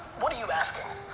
what are you asking?